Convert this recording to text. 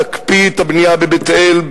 תקפיא את הבנייה בבית-אל,